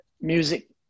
music